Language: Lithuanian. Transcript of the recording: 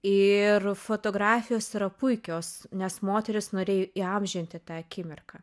ir fotografijos yra puikios nes moterys norėjo įamžinti tą akimirką